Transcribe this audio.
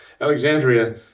Alexandria